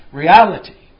reality